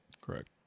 correct